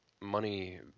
money